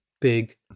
big